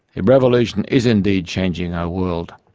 a revolution is indeed changing our world,